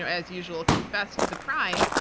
as usual, confessed to the crime,